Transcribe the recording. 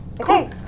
okay